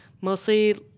mostly